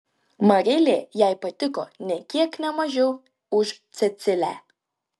marilė jai patiko nė kiek ne mažiau už cecilę